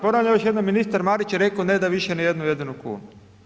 Ponavljam još jednom, ministar Marić je rekao ne da više ni jednu jedinu kunu.